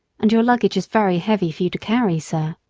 and your luggage is very heavy for you to carry, sir.